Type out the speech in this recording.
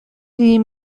die